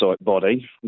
body